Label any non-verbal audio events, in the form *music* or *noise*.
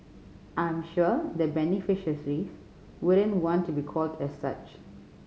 I am sure the beneficial *unintelligible* raise wouldn't want to be called as such